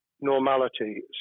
normality